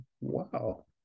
Wow